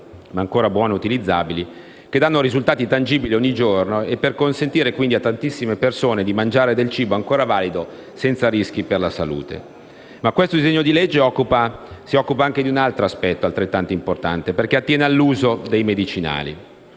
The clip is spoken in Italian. ma ancora buone e utilizzabili, che danno risultati tangibili ogni giorno, per consentire a tantissime persone di mangiare del cibo ancora valido senza rischi per la salute. Ma questo disegno di legge si occupa anche di un altro aspetto, altrettanto importante perché attiene all'uso dei medicinali.